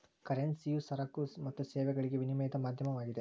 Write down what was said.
ಕರೆನ್ಸಿಯು ಸರಕು ಮತ್ತು ಸೇವೆಗಳಿಗೆ ವಿನಿಮಯದ ಮಾಧ್ಯಮವಾಗಿದೆ